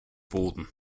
boden